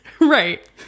Right